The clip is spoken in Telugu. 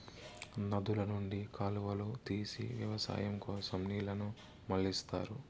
నదుల నుండి కాలువలు తీసి వ్యవసాయం కోసం నీళ్ళను మళ్ళిస్తారు